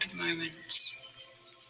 moments